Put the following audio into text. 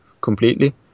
completely